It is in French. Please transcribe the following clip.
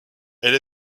elle